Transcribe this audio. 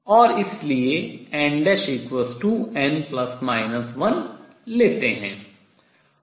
और इसलिए nn±1 लेते है